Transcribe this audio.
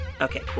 Okay